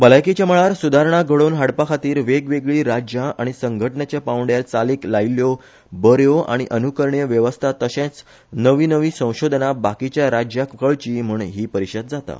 भलायकेच्या मळार सुधारणा घडोवन हाडपा खातीर वेगवेगळी राज्या आनी संघटनाच्या पांवडयार चालीक लायिछ्ठयो बऱ्यो आनी अनुकरणीय वेवस्था तशेच नवी नवी संशोधना बाकीच्या राज्याक कळची म्हण ही परिषद जाता